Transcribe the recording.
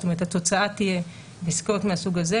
זאת אומרת התוצאה תהיה עסקאות מהסוג הזה